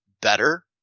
better